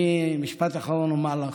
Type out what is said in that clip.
ומשפט אחרון אומר לך: